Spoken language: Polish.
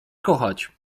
kochać